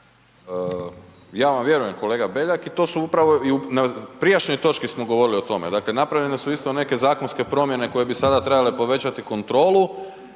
Ja vam vjerujem kolega Beljak i to su upravo i u prijašnjoj točki smo govorili o tome, dakle napravljene su isto neke zakonske promjene koje bi sada trebale povećati kontrolu,